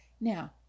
Now